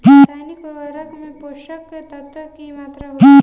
रसायनिक उर्वरक में पोषक तत्व की मात्रा होला?